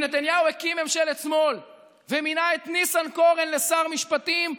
אם נתניהו הקים ממשלת שמאל ומינה את ניסנקורן לשר משפטים,